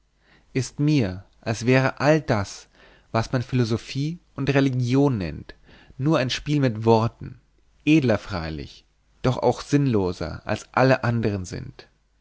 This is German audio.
ist mir als wäre all das was man philosophie und religion nennt nur ein spiel mit worten edler freilich doch auch sinnloser als alle andern sind